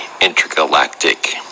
Intergalactic